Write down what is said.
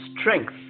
strength